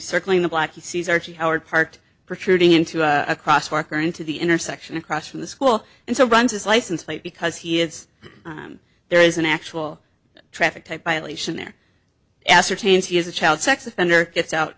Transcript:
circling the block he sees archie howard parked protruding into a crosswalk or into the intersection across from the school and so runs his license plate because he is there is an actual traffic tie by elation there ascertains he is a child sex offender gets out